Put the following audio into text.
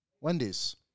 Wendy's